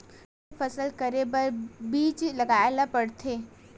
का के फसल करे बर बीज लगाए ला पड़थे?